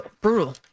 brutal